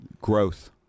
Growth